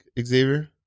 Xavier